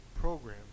program